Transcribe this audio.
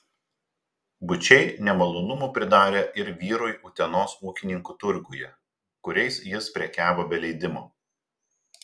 bučiai nemalonumų pridarė ir vyrui utenos ūkininkų turguje kuriais jis prekiavo be leidimo